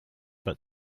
but